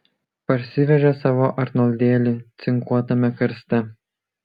parsivežė savo arnoldėlį cinkuotame karste